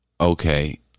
okay